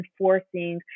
enforcing